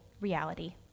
reality